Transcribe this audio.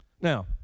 Now